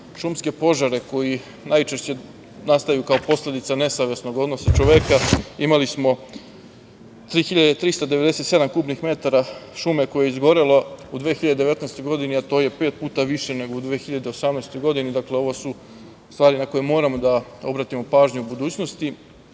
šumske požare koji najčešće postaju kao posledica nesavesnog odnosa čoveka. Imali smo 3.397 kubnih metara šume koje je izgorela u 2019. godini, a to je pet puta više, nego u 2018. godini. Ovo su stvari na koje moramo da obratimo pažnju u budućnosti. Generalno